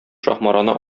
шаһмараны